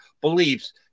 beliefs